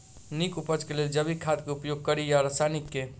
नीक उपज केँ लेल जैविक खाद केँ उपयोग कड़ी या रासायनिक केँ?